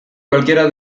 cualquiera